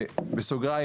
ובסוגריים,